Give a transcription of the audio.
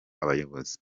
abayobozi